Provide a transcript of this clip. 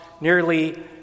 nearly